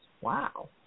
Wow